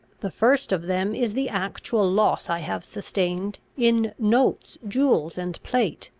the first of them is the actual loss i have sustained, in notes, jewels, and plate.